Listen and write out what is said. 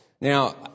Now